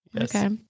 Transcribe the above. okay